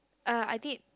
uh I did